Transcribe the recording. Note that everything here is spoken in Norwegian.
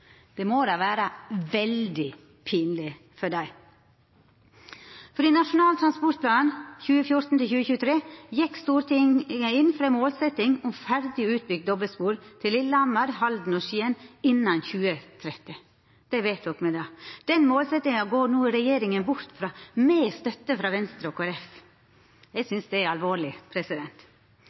Det må då vera veldig pinleg for dei, for i Nasjonal transportplan for 2014–2023 gjekk Stortinget inn for ei målsetjing om ferdig utbygd dobbeltspor til Lillehammer, Halden og Skien innan 2030. Det vedtok me då. Den målsetjinga går no regjeringa bort frå, med støtte frå Venstre og Kristeleg Folkeparti. Eg synest det er alvorleg.